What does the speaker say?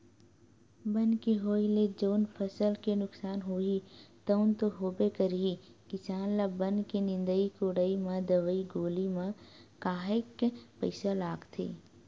बन के होय ले जउन फसल के नुकसान होही तउन तो होबे करही किसान ल बन के निंदई कोड़ई म दवई गोली म काहेक पइसा लागथे